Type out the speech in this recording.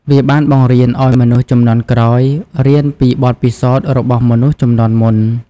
វាបានបង្រៀនឱ្យមនុស្សជំនាន់ក្រោយរៀនពីបទពិសោធន៍របស់មនុស្សជំនាន់មុន។